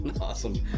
Awesome